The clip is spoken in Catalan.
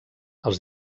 els